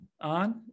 on